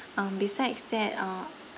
um besides that uh